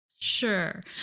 Sure